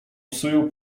psują